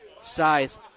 size